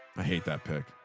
i hate that pig.